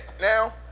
now